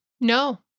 No